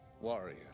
Warrior